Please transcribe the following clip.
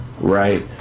right